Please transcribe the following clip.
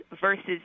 versus